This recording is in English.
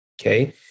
Okay